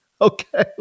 Okay